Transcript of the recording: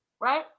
right